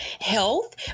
health